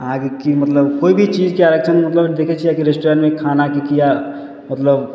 अहाँके की मतलब कोइ भी चीजके आरक्षण मतलब देखय छियै कि रेस्टोरेन्टमे खानाके कि मतलब